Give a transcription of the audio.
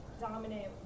dominant